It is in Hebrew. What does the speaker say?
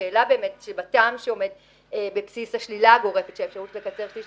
שאלה אחת היא הטעם שעומד בבסיס השלילה הגורפת של האפשרות לקצר שליש,